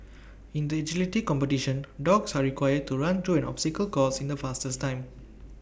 in the agility competition dogs are required to run through an obstacle course in the fastest time